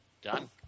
done